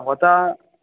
भवता